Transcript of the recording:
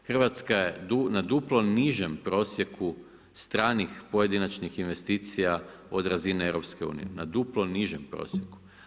Hrvatska je na duplo nižem prosjeku stranih pojedinačnih investicija od EU, na duplo nižem prosjeku.